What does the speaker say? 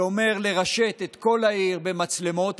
שאומר לרשת את כל העיר במצלמות,